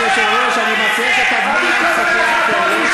כבוד היושב-ראש, אני מציע שתזמין לו פסיכיאטר.